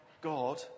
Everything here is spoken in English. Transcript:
God